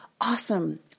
awesome